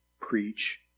preach